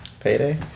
Payday